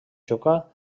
xoca